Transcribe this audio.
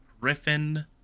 Griffin